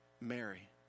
Mary